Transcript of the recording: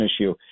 issue –